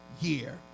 year